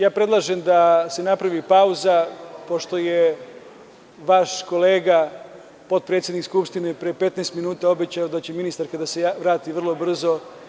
Ja predlažem da se napravi pauza, pošto je vaš kolega potpredsednik Skupštine pre 15 minuta obećao da će ministarka da se vrati vrlo brzo.